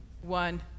one